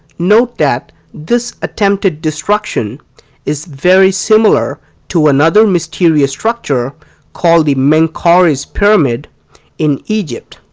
note that this attempted destruction is very similar to another mysterious structure called the menkaure's pyramid in egypt.